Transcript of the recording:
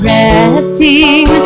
resting